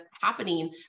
happening